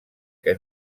que